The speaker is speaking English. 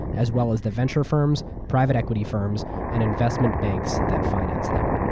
as well as the venture firms, private equity firms, and investment banks that finance them.